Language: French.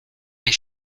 les